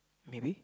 maybe